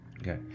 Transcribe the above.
Okay